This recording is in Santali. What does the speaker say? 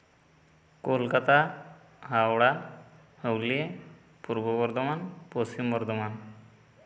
ᱠᱳᱞᱠᱟᱛᱟ ᱦᱟᱣᱲᱟ ᱦᱩᱜᱽᱞᱤ ᱯᱩᱨᱵᱚ ᱵᱚᱨᱫᱷᱚᱢᱟᱱ ᱯᱚᱥᱪᱷᱤᱢ ᱵᱚᱨᱫᱷᱚᱢᱟᱱ